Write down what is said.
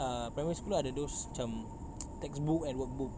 uh primary school lah the those macam textbook and workbook